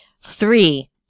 Three